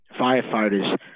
firefighters